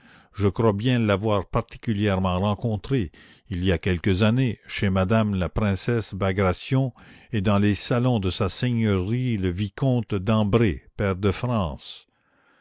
je crois bien l'avoir particulièrement rencontré il y a quelques années chez madame la princesse bagration et dans les salons de sa seigneurie le vicomte dambray pair de france